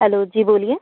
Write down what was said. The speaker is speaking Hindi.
हेलो जी बोलिए